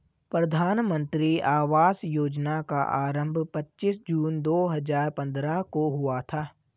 प्रधानमन्त्री आवास योजना का आरम्भ पच्चीस जून दो हजार पन्द्रह को हुआ था